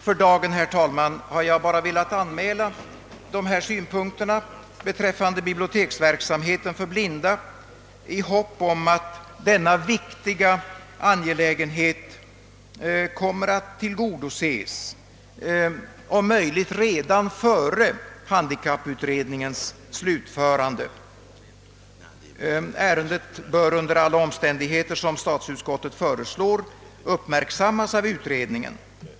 För dagen, herr talman, har jag bara velat anmäla dessa synpunkter beträffande biblioteksverksamheten för blinda i hopp om att denna viktiga angelägenhet kommer att tillgodoses om möjligt redan före handikapputredningens slutförande av sitt uppdrag. Ärendet bör under alla omständigheter, vilket statsutskottet också föreslår, uppmärksammas av utredningen.